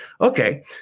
Okay